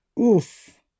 oof